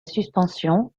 suspension